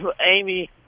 Amy